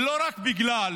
ולא רק בגלל